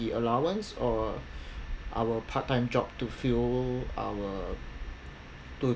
the allowance or our part time job to fill our